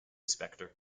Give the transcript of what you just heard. spector